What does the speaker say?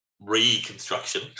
reconstruction